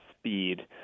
speed